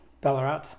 Ballarat